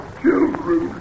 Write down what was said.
children